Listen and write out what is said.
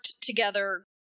together